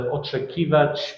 oczekiwać